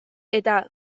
eta